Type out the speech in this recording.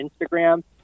instagram